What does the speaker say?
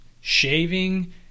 shaving